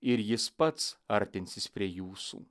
ir jis pats artinsis prie jūsų